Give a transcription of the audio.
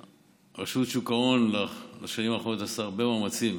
רשות שוק ההון בשנים האחרונות עושה הרבה מאמצים